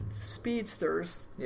speedsters